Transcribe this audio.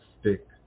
stick